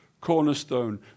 cornerstone